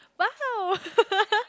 !wow!